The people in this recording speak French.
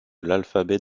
l’alphabet